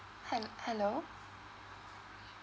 hel~ hello